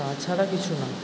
তাছাড়া কিছু না